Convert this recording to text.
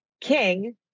king